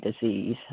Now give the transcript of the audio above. disease